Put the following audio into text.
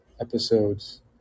episodes